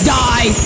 die